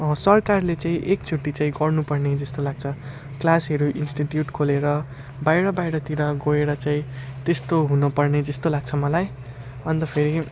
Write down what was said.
सरकारले चाहिँ एकचोटि चाहिँ गर्नुपर्ने जस्तो लाग्छ क्लासहरू इन्स्टिट्युट खोलेर बाहिर बाहिरतिर गएर चाहिँ त्यस्तो हुनपर्ने जस्तो लाग्छ मलाई अन्त फेरि